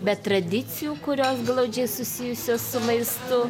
bet tradicijų kurios glaudžiai susijusios su maistu